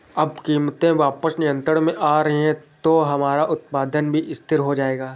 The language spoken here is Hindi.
अब कीमतें वापस नियंत्रण में आ रही हैं तो हमारा उत्पादन भी स्थिर हो जाएगा